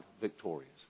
victorious